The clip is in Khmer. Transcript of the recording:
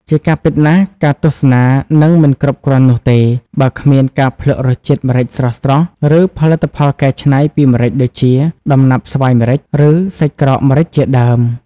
ជាការពិតណាស់ ការទស្សនានឹងមិនគ្រប់គ្រាន់នោះទេ បើគ្មានការភ្លក្សរសជាតិម្រេចស្រស់ៗ ឬផលិតផលកែច្នៃពីម្រេចដូចជា ដំណាប់ស្វាយម្រេច ឬសាច់ក្រកម្រេចជាដើម។